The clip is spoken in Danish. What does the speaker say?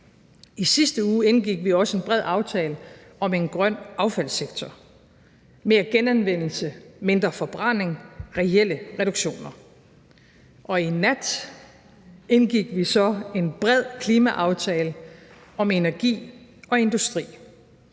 I sidste uge indgik vi også en bred aftale om en grøn affaldssektor – mere genanvendelse, mindre forbrænding, reelle reduktioner. Og i nat indgik vi så en bred klimaaftale om energi og industri